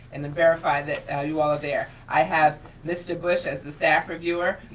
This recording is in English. and then verify that you all are there. i have mr. bush as the staff reviewer,